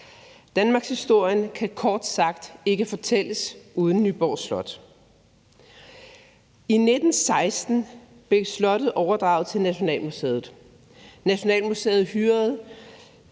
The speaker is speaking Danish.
Danmarkshistorien kan kort sagt ikke fortælles uden Nyborg Slot. I 1916 blev Nyborg Slot overdraget til Nationalmuseet. Nationalmuseet hyrede